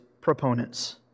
proponents